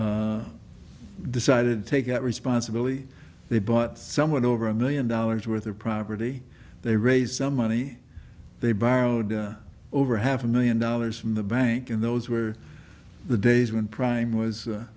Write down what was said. core decided take that responsibility they bought someone over a million dollars worth of property they raised some money they borrowed over half a million dollars from the bank and those were the days when prime was